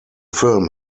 film